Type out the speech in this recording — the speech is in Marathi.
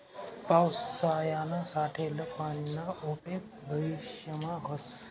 पावसायानं साठेल पानीना उपेग भविष्यमा व्हस